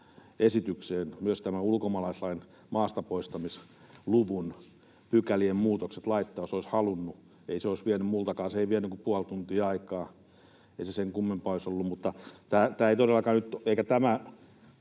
esitykseen myös ulkomaalaislain maastapoistamisluvun pykälien muutokset laittaa, jos olisi halunnut. Ei se vienyt minultakaan kuin puoli tuntia aikaa, eikä se sen kummempaa olisi ollut. Mutta tämä ei todellakaan nyt